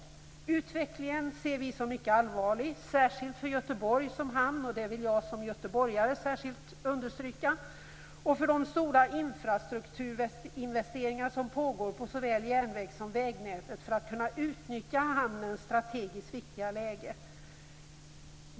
Vi kristdemokrater ser utvecklingen som mycket allvarlig, särskilt för Göteborg som hamn - det vill jag som göteborgare särskilt understryka - och för de stora infrastrukturinvesteringar som pågår på såväl järnvägs som vägnätet för att kunna utnyttja hamnens strategiskt viktiga läge.